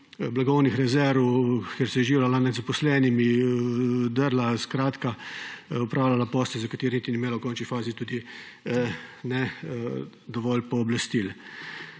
blagovnih rezerv, kjer se je izživljala nad zaposlenimi, drla; skratka, opravljala posle, za katere niti ni imela v končni fazi dovolj pooblastil.